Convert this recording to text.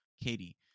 Katie